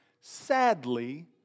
Sadly